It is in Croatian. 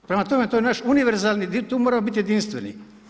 Prema tome to je naš univerzalni, tu moramo biti jedinstveni.